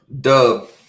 dub